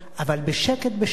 אבל בשקט-בשקט,